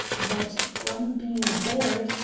that, from being bored,